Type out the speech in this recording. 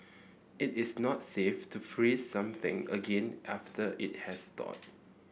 it is not safe to freeze something again after it has thawed